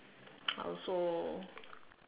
also